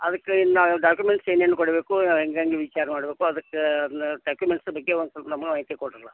ಅದಕ್ಕೆ ಇನ್ನೂ ಡಾಕ್ಯುಮೆಂಟ್ಸ್ ಏನೇನು ಕೊಡಬೇಕು ಹೆಂಗೆ ಹೆಂಗೆ ವಿಚಾರ ಮಾಡಬೇಕು ಅದಕ್ಕೆ ನ ಡಾಕ್ಯುಮೆಂಟ್ಸ್ ಬಗ್ಗೆ ಒಂದು ಸ್ವಲ್ಪ ನಮಗೆ ಮಾಹಿತಿ ಕೊಡ್ರಲಾ